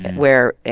where,